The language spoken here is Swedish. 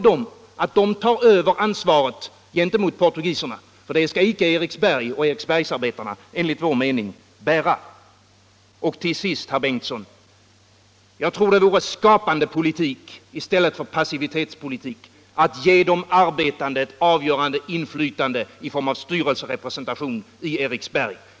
Kräv att den tar över ansvaret gentemot portugiserna, för det skall icke Eriksberg och Eriksbergsarbetarna enligt vår mening bära. Till sist, herr Bengtsson: Jag tror att det vore skapande politik i stället för passivitetspolitik att ge de arbetande ett avgörande inflytande i form av styrelserepresentation i Eriksberg.